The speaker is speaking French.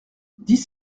dix